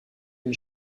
une